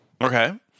Okay